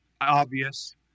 obvious